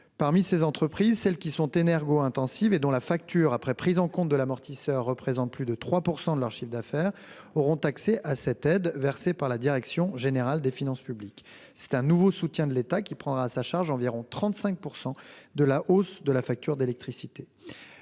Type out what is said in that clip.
parmi ces entreprises, celles qui sont énergo-intensives et dont la facture, après prise en compte de l'amortisseur, représente plus de 3 % de leur chiffre d'affaires, auront accès à une aide versée par la direction générale des finances publiques. C'est un nouveau soutien de l'État, qui prendra donc à sa charge environ 35 % de la hausse de la facture d'électricité.